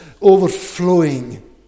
overflowing